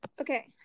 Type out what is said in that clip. okay